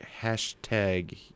hashtag